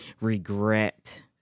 regret